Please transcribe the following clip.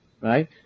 Right